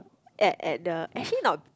at at the actually not